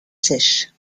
sèches